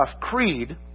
creed